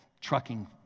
trucking